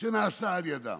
שנעשה על ידם.